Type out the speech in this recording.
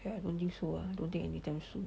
eh I don't think so uh don't think anytime soon